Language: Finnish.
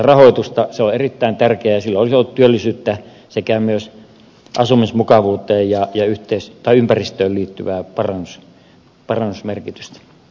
se on erittäin tärkeää ja sillä olisi ollut työllisyyteen sekä myös asumismukavuuteen ja ympäristöön liittyvää parannusmerkitystä